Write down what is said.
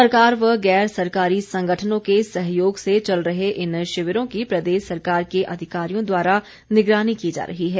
सरकार व गैर सरकारी संगठनों के सहयोग से चल रहे इन शिविरों की प्रदेश सरकार के अधिकारियों द्वारा निगरानी की जा रही है